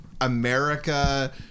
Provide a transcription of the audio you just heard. America